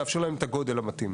לאפשר להם את הגודל המתאים.